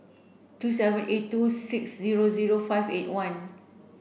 two seven eight two six zero zero five eight one